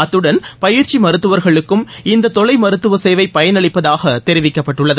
அத்துடன் பயிற்சி மருத்துவர்களுக்கும் இந்த தொலை மருத்துவ சேவை பயனளிப்பதாக தெரிவிக்கப்பட்டுள்ளது